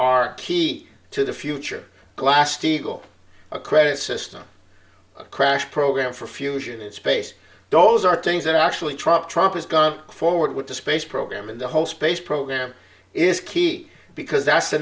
are key to the future glass steagall a credit system a crash program for fusion in space those are things that actually trump trump is gone forward with the space program and the whole space program is key because that's the